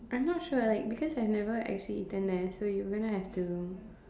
I'm not sure like because I have not actually eaten there so you're gonna have to